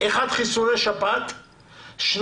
כאשר האחת היא חיסוני שפעת והשנייה